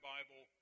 Bible